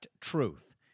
Truth